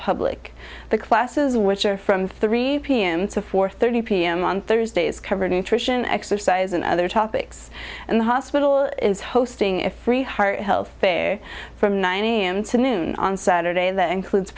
public the classes which are from three p m to four thirty p m on thursdays cover nutrition exercise and other topics and the hospital is hosting a free heart health from nine a m to noon on saturday that includes